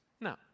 No